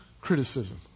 criticism